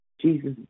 Jesus